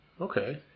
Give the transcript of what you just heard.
Okay